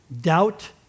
Doubt